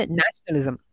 nationalism